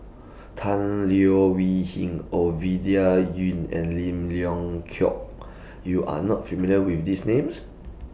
Tan Leo Wee Hin Ovidia Yu and Lim Leong Geok YOU Are not familiar with These Names